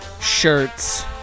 shirts